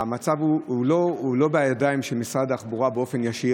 המצב לא בידיים של משרד התחבורה באופן ישיר,